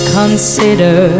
consider